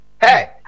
Hey